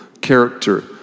character